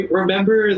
remember